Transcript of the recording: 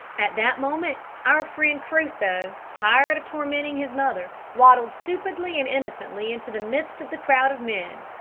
at that moment our friend crusoe tired of tormenting his mother waddled stupidly and innocently into the midst of the crowd of men,